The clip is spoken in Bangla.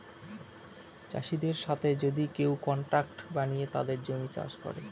চাষীদের সাথে যদি কেউ কন্ট্রাক্ট বানিয়ে তাদের জমি চাষ করে